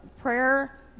prayer